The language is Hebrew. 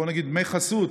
בוא נגיד דמי חסות,